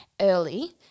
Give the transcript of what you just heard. early